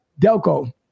Delco